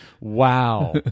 wow